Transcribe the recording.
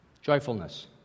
Joyfulness